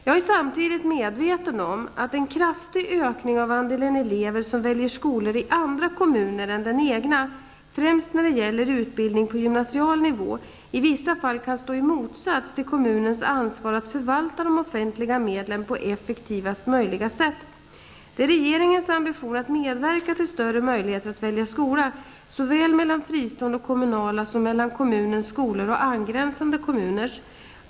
Jag är samtidigt medveten om att en kraftig ökning av andelen elever som väljer skolor i andra kommuner än den egna, främst när det gäller utbildning på gymnasial nivå, i vissa fall kan stå i motsats till kommunens ansvar att förvalta de offentliga medlen på effektivaste möjliga sätt. Det är regeringens ambition att medverka till större möjligheter att välja skola, såväl mellan fristående och kommunala som mellan kommunens skolor och angränsande kommuners.